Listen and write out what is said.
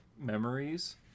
memories